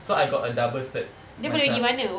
so I got a double cert macam